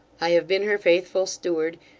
i have been her faithful steward,